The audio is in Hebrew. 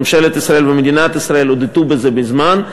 ממשלת ישראל ומדינת ישראל הודו בזה מזמן,